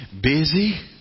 busy